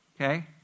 okay